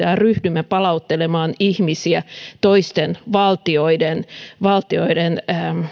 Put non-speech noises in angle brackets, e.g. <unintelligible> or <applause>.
<unintelligible> ja ryhdymme palauttelemaan ihmisiä toisten valtioiden valtioiden